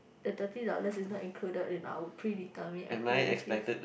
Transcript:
the thirty dollars is not included in our predetermined activity